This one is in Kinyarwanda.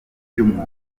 by’umwuga